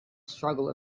struggle